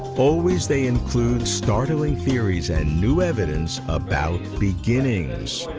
always they include startling theories and new evidence about beginnings.